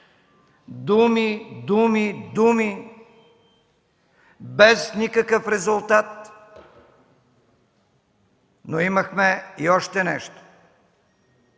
думи, думи, думи без никакъв резултат, но имахме и още нещо